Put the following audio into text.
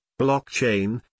blockchain